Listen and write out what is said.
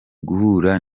guhura